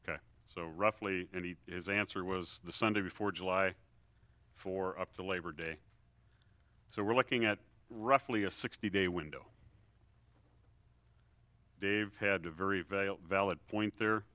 day so roughly and he is answer was the sunday before july for up to labor day so we're looking at roughly a sixty day window dave had a very very valid point there